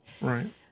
Right